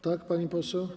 Tak, pani poseł?